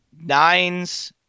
nines